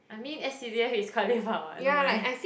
I mean s_c_d_f is quite lepak [what] no meh